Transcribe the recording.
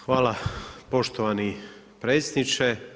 Hvala poštovani predsjedniče.